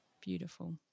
beautiful